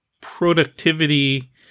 productivity